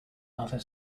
other